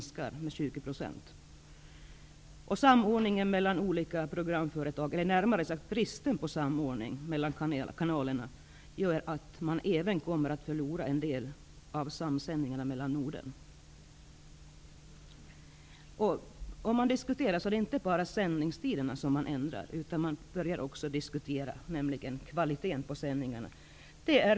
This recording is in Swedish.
Samordningen, eller rättare sagt bristen på samordning, mellan kanalerna gör att man även kommer att förlora en del samsändningar inom Det är inte bara sändningstiderna som man ändrar, utan man börjar även diskutera kvaliteten på sändningarna.